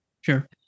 Sure